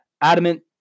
Adamant